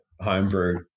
homebrew